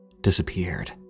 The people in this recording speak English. disappeared